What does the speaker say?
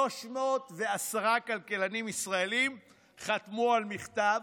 310 כלכלנים ישראלים חתמו על מכתב